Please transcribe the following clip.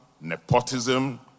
nepotism